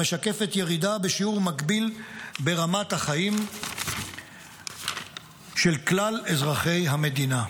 המשקפת ירידה בשיעור מקביל ברמת החיים של כלל אזרחי המדינה.